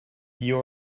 you